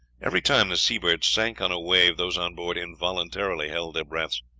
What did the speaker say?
every time the seabird sank on a wave those on board involuntarily held their breath,